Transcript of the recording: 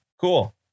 Cool